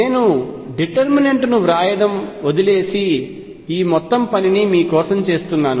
నేను డిటెర్మినెంట్ ను వ్రాయటం వదిలివేసి ఈ మొత్తం పనిని మీ కోసం చేస్తున్నాను